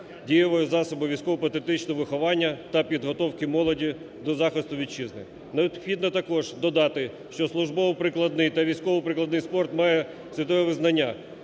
дієвого засобу військово-патріотичного виховання та підготовки молоді до захисту Вітчизни. Необхідно також додати, що службово-прикладний та військово-прикладний спорт має світове визнання